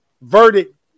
verdict